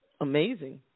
amazing